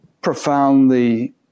profoundly